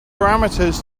parameters